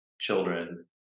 children